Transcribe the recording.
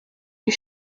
you